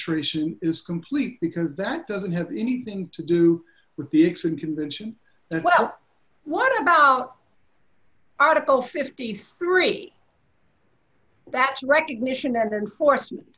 arbitration is complete because that doesn't have anything to do with the xom convention and well what about article fifty three that recognition and enforcement